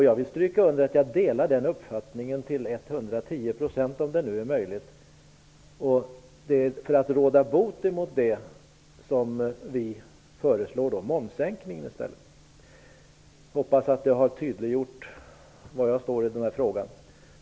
Jag vill stryka under att jag delar den uppfattningen till 110 %, om det nu är möjligt. Det är för att råda bot på denna situation som vi i stället föreslår momssänkning. Jag hoppas att jag har tydliggjort var jag står i frågan.